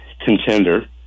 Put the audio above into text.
contender